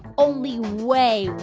only way,